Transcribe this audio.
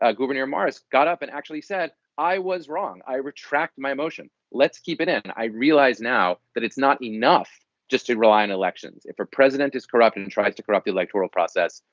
ah gouverneur morris got up and actually said i was wrong. i retract my motion. let's keep it in. i realize now that it's not enough just to rely on elections. if a president is corrupt and tries to corrupt the electoral process,